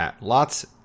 lots